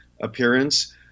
appearance